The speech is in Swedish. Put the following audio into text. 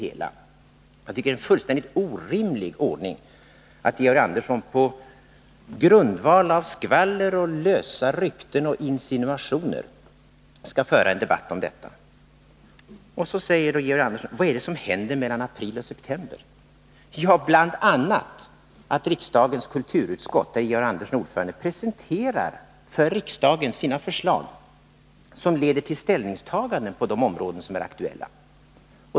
Jag tycker det är en fullständigt orimlig ordning att Georg Andersson på grundval av skvaller, lösa rykten och insinuationer för en debatt om detta. Vad är det som händer mellan april och september, frågar Georg Andersson. Ja, bl.a. att riksdagens kulturutskott, där Georg Andersson är ordförande, för riksdagen presenterar sina förslag, som leder till ställningstaganden på de områden som är aktuella.